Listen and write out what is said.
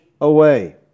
away